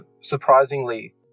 surprisingly